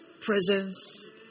presence